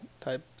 type